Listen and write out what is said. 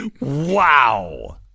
Wow